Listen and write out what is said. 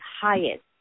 highest